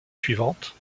suivantes